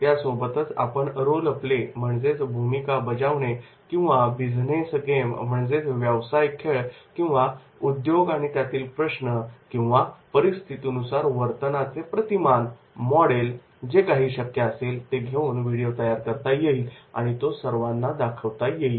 यासोबतच आपण role play भूमिका बजावणे किंवा बिजनेस गेम किंवा उद्योग आणि त्यातील प्रश्न किंवा परिस्थितीनुसार वर्तनाचे प्रतिमान मॉडेल जे काही शक्य असेल ते घेऊन व्हिडिओ तयार करता येईल आणि तो सर्वांना दाखवता येईल